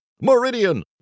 meridian